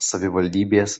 savivaldybės